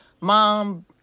mom